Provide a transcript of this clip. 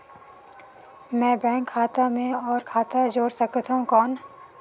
मैं बैंक खाता मे और खाता जोड़ सकथव कौन?